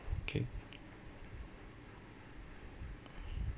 okay